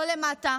לא למטה,